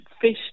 fish